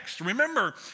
Remember